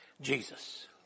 Jesus